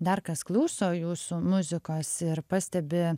dar kas klauso jūsų muzikos ir pastebi